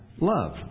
love